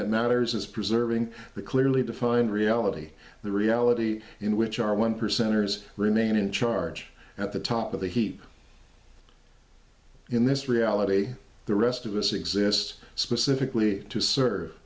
that matters is preserving the clearly defined reality the reality in which our one percenters remain in charge at the top of the heap in this reality the rest of us exists specifically to serve